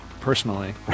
personally